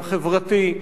גם תרבותי.